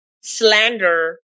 slander